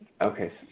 Okay